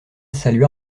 salua